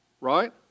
Right